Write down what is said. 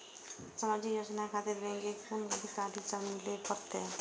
समाजिक योजना खातिर बैंक के कुन अधिकारी स मिले परतें?